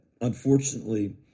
unfortunately